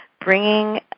bringing